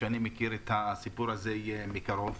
אני מכיר את העסק הזה מקרוב.